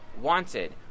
wanted